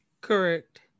Correct